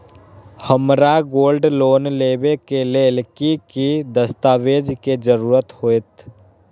हमरा gold loan लेबे के लेल कि कि दस्ताबेज के जरूरत होयेत?